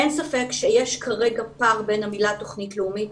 אין ספק שיש כרגע פער בין המילה תוכנית לאומית